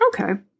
Okay